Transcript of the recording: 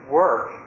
work